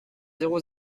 zéro